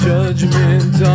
Judgment